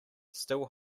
still